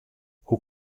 hoe